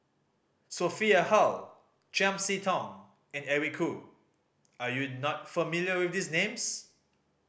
Sophia Hull Chiam See Tong and Eric Khoo are you not familiar with these names